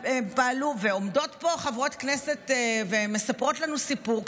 עומדות פה חברות כנסת ומספרות לנו סיפור,